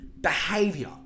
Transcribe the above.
behavior